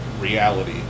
reality